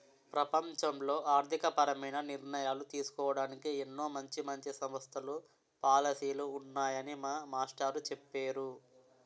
ప్రపంచంలో ఆర్థికపరమైన నిర్ణయాలు తీసుకోడానికి ఎన్నో మంచి మంచి సంస్థలు, పాలసీలు ఉన్నాయని మా మాస్టారు చెప్పేరు